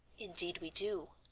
indeed we do,